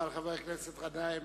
תודה רבה לחבר הכנסת גנאים.